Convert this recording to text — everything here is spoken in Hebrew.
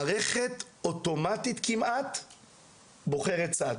המערכת אוטומטית כמעט בוחרת צד.